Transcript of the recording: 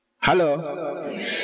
Hello